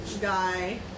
guy